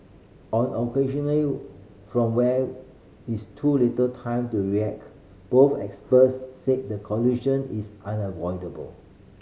on occasional from where is too little time to react both experts said the collision is unavoidable